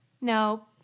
No